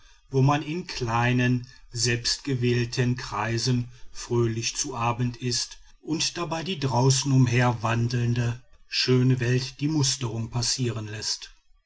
wo man in kleinen selbstgewählten kreisen fröhlich zu abend ißt und dabei die draußen umher wandelnde schöne welt die musterung passieren läßt